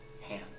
Hand